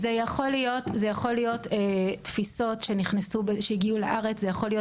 זה יכול להיות תפיסות שהגיעו לארץ, זה יכול להיות